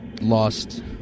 lost